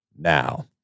now